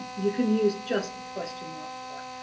you can use just the question mark for that.